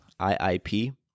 IIP